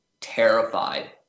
terrified